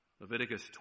Leviticus